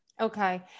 Okay